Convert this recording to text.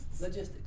logistics